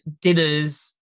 dinners